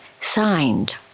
signed